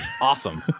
Awesome